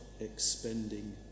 expending